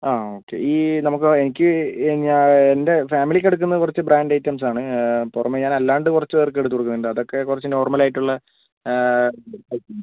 ആ ഓക്കെ ഈ നമുക്ക് എനിക്ക് ഞാ എൻ്റെ ഫാമിലിക്ക് എടുക്കുന്നത് കുറച്ച് ബ്രാൻഡ് ഐറ്റംസ് ആണ് പുറമേ ഞാൻ അല്ലാണ്ട് കുറച്ച് പേർക്ക് എടുത്ത് കൊടുക്കുന്നുണ്ട് അതൊക്കെ കുറച്ച് നോർമൽ ആയിട്ടുള്ള ഐറ്റം ആണ്